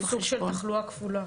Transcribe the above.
כן, זה סוג של תחלואה כפולה.